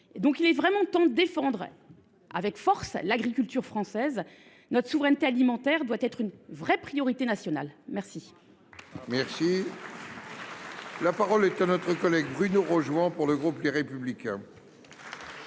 Il est vraiment temps de défendre avec force l’agriculture française. Notre souveraineté alimentaire doit être une vraie priorité nationale ! La parole est à M. Bruno Rojouan, pour le groupe Les Républicains.